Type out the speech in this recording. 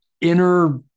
inner